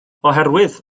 oherwydd